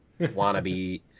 wannabe